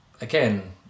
again